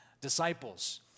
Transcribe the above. disciples